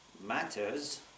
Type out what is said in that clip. matters